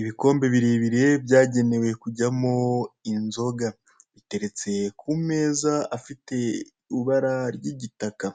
Ibikombe birebire byagenewe kujyamo inzoga, biteretse ku meza afite ibara ry'igitaka